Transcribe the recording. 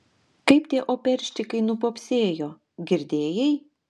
kaip tie operščikai nupopsėjo girdėjai